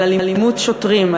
על אלימות שוטרים,